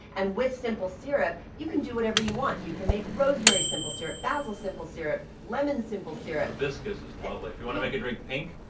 and with simple syrup, you can do whatever you want. you can make rosemary simple syrup, basil simple syrup, lemon simple syrup hibiscus is lovely if you want to make a drink pink.